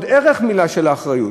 יש עוד ערך למילה אחריות.